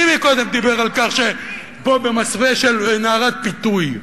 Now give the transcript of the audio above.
מי קודם דיבר על כך שפה, במסווה של נערת פיתוי?